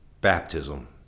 baptism